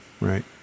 right